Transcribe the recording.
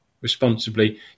responsibly